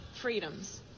freedoms